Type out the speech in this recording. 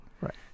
Right